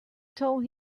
told